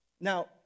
Now